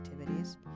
activities